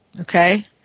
Okay